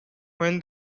when